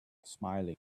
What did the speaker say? smiling